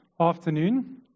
afternoon